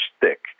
thick